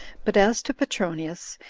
but as to petronius,